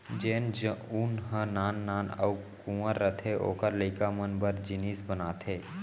जेन ऊन ह नान नान अउ कुंवर रथे ओकर लइका मन बर जिनिस बनाथे